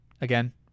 Again